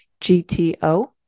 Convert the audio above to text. GTO